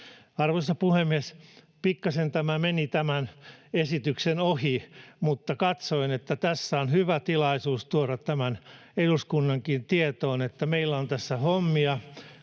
Arvoisa puhemies! Pikkasen tämä meni tämän esityksen ohi, mutta katsoin, että tässä on hyvä tilaisuus tuoda tämä eduskunnankin tietoon, että meillä on tässä hommia,